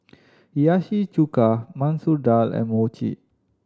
Hiyashi Chuka Masoor Dal and Mochi